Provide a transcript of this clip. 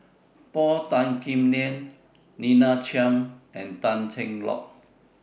Paul Tan Kim Liang Lina Chiam and Tan Cheng Lock